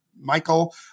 Michael